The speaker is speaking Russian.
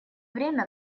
время